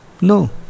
No